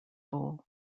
bowl